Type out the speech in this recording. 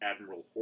Admiral